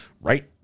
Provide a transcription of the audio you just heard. right